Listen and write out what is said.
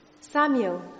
Samuel